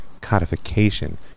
codification